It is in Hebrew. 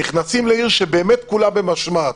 נכנסים לעיר שבאמת כולם במשמעת.